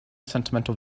sentimental